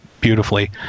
beautifully